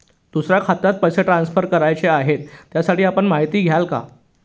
दुसऱ्या खात्यात पैसे ट्रान्सफर करायचे आहेत, त्यासाठी आपण माहिती द्याल का?